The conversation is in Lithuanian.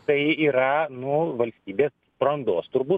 tai yra nu valstybės brandos turbūt